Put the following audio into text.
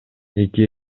эки